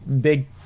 big